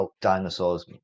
dinosaurs